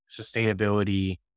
sustainability